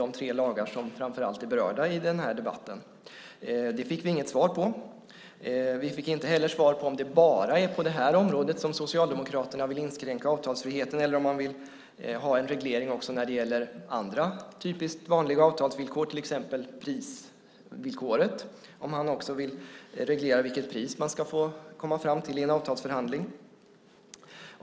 Det är de tre lagar som framför allt är berörda i denna debatt. Det fick vi inget svar på. Vi fick inte heller svar på om det är bara på detta område som Socialdemokraterna vill inskränka avtalsfriheten eller om de vill ha en reglering också när det gäller andra vanliga avtalsvillkor, till exempel prisvillkoret, om han också vill reglera vilket pris som man ska komma fram till i en avtalsförhandling.